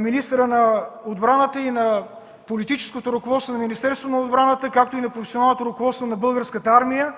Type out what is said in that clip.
министъра на отбраната и на политическото ръководство на Министерството на отбраната, както и на професионалното ръководство на Българската армия,